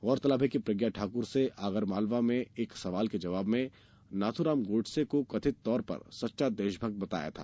गौरतलब है कि प्रज्ञा ठाक्र से आगरमालवा में एक सवाल के जवाब में नाथ्रराम गोडसे को कथित तौर पर सच्चा देशभक्त बताया था